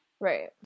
Right